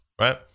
Right